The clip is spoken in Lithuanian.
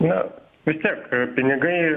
na vistiek pinigai